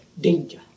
danger